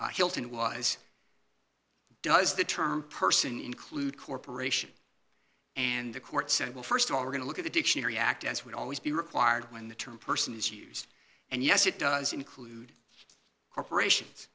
in hilton was does the term person include corporation and the court said well st of all we're going to look at the dictionary act as would always be required when the term person is used and yes it does include corporations